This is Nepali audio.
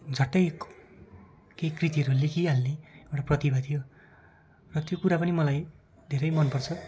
झट्टै केही कृतिहरू लेखिहाल्ने एउटा प्रतिभा थियो र त्यो कुरा पनि मलाई धेरै मन पर्छ